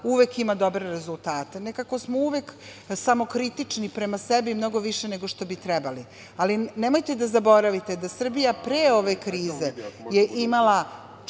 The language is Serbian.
uvek ima dobre rezultate. Nekako smo uvek samokritični prema sebi, mnogo više nego što bi trebali. Ali, nemojte da zaboravite da je Srbija pre ove krize imala